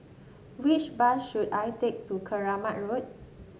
which bus should I take to Keramat Road